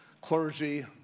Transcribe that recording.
clergy